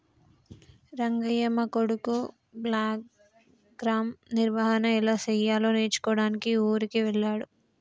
రంగయ్య మా కొడుకు బ్లాక్గ్రామ్ నిర్వహన ఎలా సెయ్యాలో నేర్చుకోడానికి ఊరికి వెళ్ళాడు